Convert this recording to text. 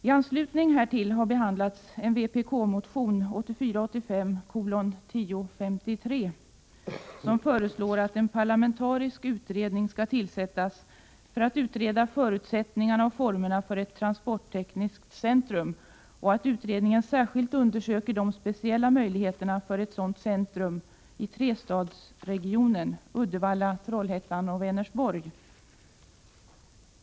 I anslutning härtill har behandlats en vpk-motion, 1984/85:1053, som föreslår att en parlamentarisk utredning skall tillsättas för att utreda förutsättningarna och formerna för ett transporttekniskt centrum och att utredningen särskilt skall undersöka de speciella möjligheterna för ett sådant centrum i trestadsregionen — Uddevalla—- Trollhättan-Vänersborg.